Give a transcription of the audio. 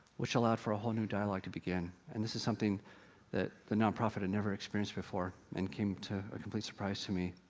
which allowed for a whole new dialogue to begin. and this is something that the nonprofit had never experienced before, and came to a complete surprise to me.